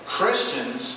Christians